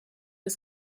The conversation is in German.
des